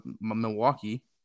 Milwaukee